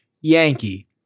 Yankee